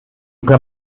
kann